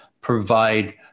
provide